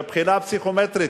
בבחינה הפסיכומטרית,